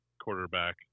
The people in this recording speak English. quarterback